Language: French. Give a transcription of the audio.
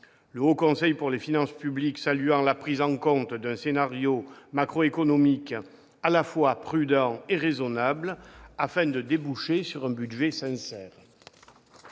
le Haut Conseil des finances publiques a salué la prise en compte d'un scénario macroéconomique à la fois prudent et raisonnable afin de déboucher sur un budget sincère.